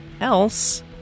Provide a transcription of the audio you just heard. else